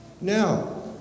Now